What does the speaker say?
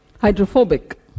Hydrophobic